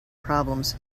problems